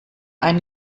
ein